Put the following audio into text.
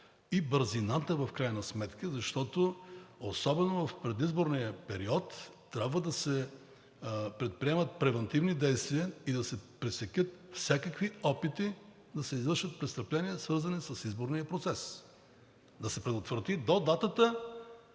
и бързина в крайна сметка, защото особено в предизборния период трябва да се предприемат превантивни действия и да се пресекат всякакви опити да се извършат престъпления, свързани с изборния процес, да се предотврати до датата,